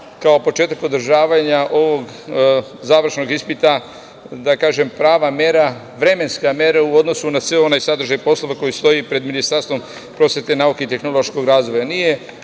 kao početak održavanja ovog završnog ispita, da kažem, prava mera, vremenska mera u odnosu na sav onaj sadržaj poslova koji stoji pred Ministarstvu nauke, prosvete i tehnološkog razvoja.